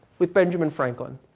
with benjamin franklin,